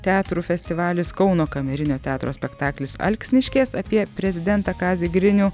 teatrų festivalis kauno kamerinio teatro spektaklis alksniškės apie prezidentą kazį grinių